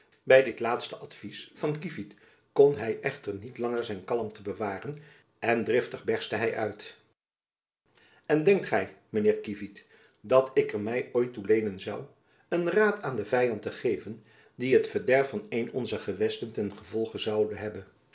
by dit laatste advys van kievit kon hy echter niet langer zijn kalmte bewaren en driftig berstte hy uit en denkt gy mijn heer kievit dat ik er my ooit toe leenen zoû een raad aan den vyand te geven die het verderf van een onzer gewesten ten gevolge zoude hebben